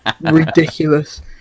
ridiculous